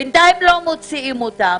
ובינתיים לא מוציאים אותם,